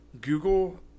Google